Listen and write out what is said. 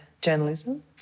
journalism